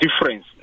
difference